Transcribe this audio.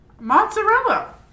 Mozzarella